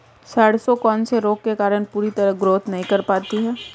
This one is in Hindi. सरसों कौन से रोग के कारण पूरी तरह ग्रोथ नहीं कर पाती है?